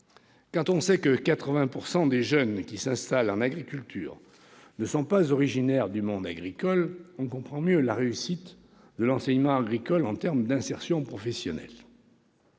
l'on sait que 80 % des jeunes qui s'installent en agriculture ne sont pas originaires du monde agricole, on mesure mieux la réussite de l'enseignement agricole en termes d'insertion professionnelle.